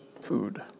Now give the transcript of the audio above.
food